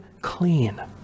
clean